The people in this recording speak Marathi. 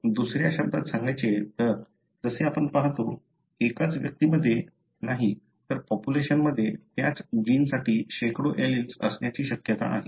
तर दुसऱ्या शब्दात सांगायचे तर जसे आपण पाहतो एकाच व्यक्तीमध्ये नाही तर पॉप्युलेशनमध्ये त्याच जिनसाठी शेकडो एलील्स असण्याची शकतात आहे